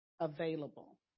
available